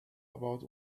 about